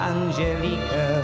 Angelica